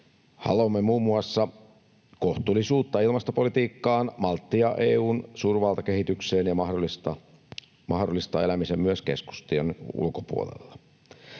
Haluamme muun muassa kohtuullisuutta ilmastopolitiikkaan, malttia EU:n suurvaltakehitykseen ja mahdollistaa elämisen myös keskustojen ulkopuolella.